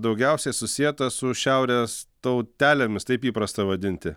daugiausiai susieta su šiaurės tautelėmis taip įprasta vadinti